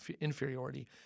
inferiority